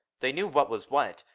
they knew what was what.